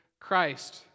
Christ